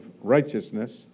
righteousness